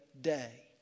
day